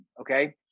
okay